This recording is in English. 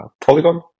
Polygon